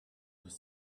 was